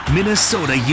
Minnesota